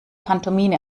pantomime